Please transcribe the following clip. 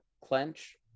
clench